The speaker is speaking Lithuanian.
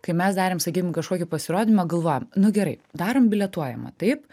kai mes darėm sakykim kažkokį pasirodymą galvojam nu gerai darom bilietuojamą taip